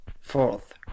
Fourth